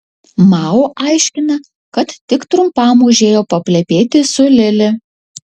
mao aiškina kad tik trumpam užėjo paplepėti su lili